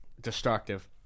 destructive